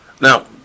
Now